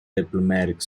diplomatic